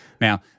Now